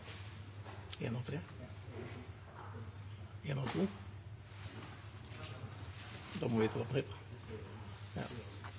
ein bil. Da må vi